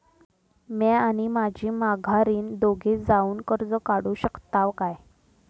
म्या आणि माझी माघारीन दोघे जावून कर्ज काढू शकताव काय?